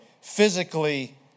physically